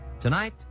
Tonight